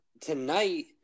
Tonight